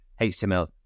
HTML